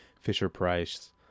Fisher-Price